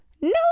no